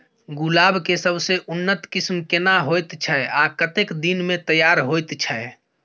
गुलाब के सबसे उन्नत किस्म केना होयत छै आ कतेक दिन में तैयार होयत छै?